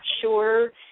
sure